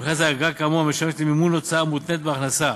ובכלל זה אגרה כאמור המשמשת למימון הוצאה המותנית בהכנסה,